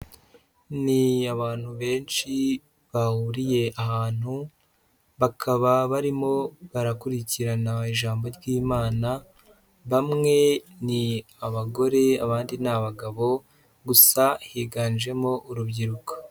Ni abantu benshi bahuriye ahantu bakaba barimo barakurikirana ijambo ry'Imana, bamwe ni abagore abandi ni abagabo gusa higanjemo urubyiruko.